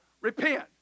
Repent